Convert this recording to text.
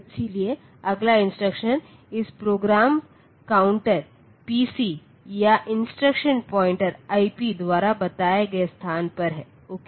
इसलिए अगला इंस्ट्रक्शन इस प्रोग्राम काउंटर पीसी या इंस्ट्रक्शन पॉइंटर आईपी द्वारा बताए गए स्थान पर है ओके